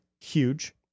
Huge